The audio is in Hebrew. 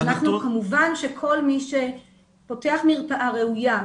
כמובן שכל מי שפותח מרפאה ראויה,